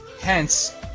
Hence